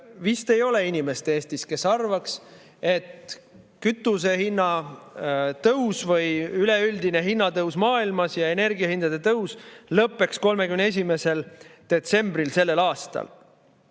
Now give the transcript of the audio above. Vist ei ole ühtki inimest Eestis, kes arvaks, et kütusehinna tõus või üleüldine hinnatõus maailmas ja energiahindade tõus lõpeb 31. detsembril sellel aastal.